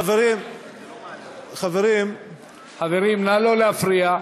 חברים, חברים, נא לא להפריע.